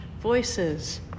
voices